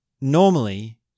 normally